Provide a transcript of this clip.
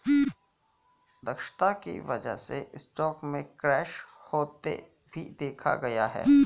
दक्षता की वजह से स्टॉक में क्रैश होते भी देखा गया है